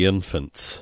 Infants